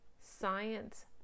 science